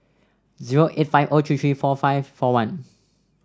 zero eight five O three three four five four one